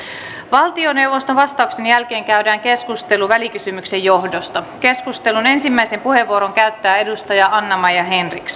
valtioneuvoston vastauksen jälkeen käydään keskustelu välikysymyksen johdosta keskustelun ensimmäisen puheenvuoron käyttää edustaja anna maja henriksson